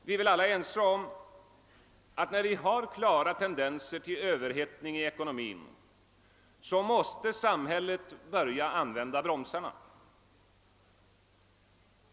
Vi är väl alla ense om att när vi har klara tendenser till överhettning i ekonomin måste samhället börja använda bromsarna.